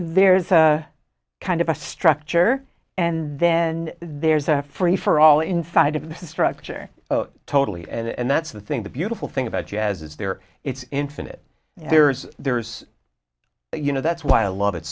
there's a kind of a structure and then there's a free for all inside of the structure totally and that's the thing the beautiful thing about jazz it's there it's infinite there's there's you know that's why i love it